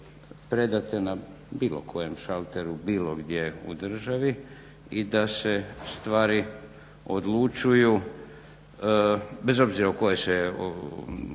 na bilo kojem šalteru, bilo gdje u državi i da se stvari odlučuju, bez obzira o kojem se